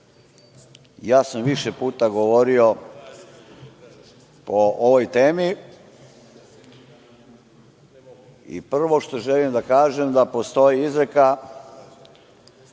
ja sam više puta govorio o ovoj temi i prvo što želim da kažem da postoji izreka